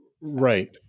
Right